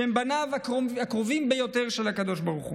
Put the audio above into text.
שהם בניו הקרובים ביותר של הקב"ה.